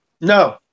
No